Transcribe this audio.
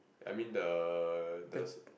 I mean the the s~